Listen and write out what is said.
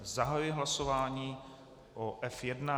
Zahajuji hlasování o F1.